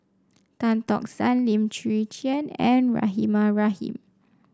Tan Tock San Lim Chwee Chian and Rahimah Rahim